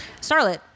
Starlet